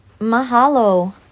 mahalo